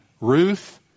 Ruth